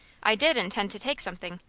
i did intend to take something.